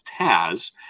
Taz